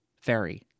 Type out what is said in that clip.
fairy